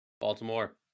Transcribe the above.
Baltimore